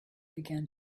began